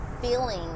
feeling